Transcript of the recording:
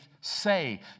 say